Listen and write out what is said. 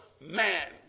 man